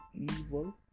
evil